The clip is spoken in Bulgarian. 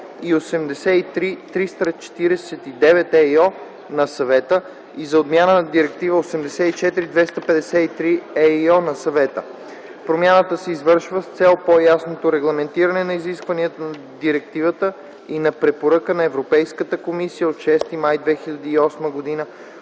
и за отмяна на Директива 84/253/ЕИО на Съвета. Промяната се извършва с цел по-ясното регламентиране на изискванията на Директивата и на Препоръка на Европейската комисия от 6 май 2008 г.